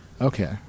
okay